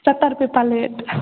सत्तर रुपए पलेट